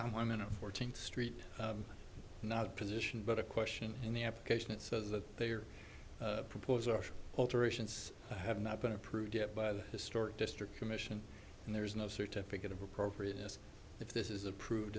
down one minute fourteenth street not position but a question in the application it says that they are proposing alterations have not been approved yet by the historic district commission and there is no certificate of appropriateness if this is approved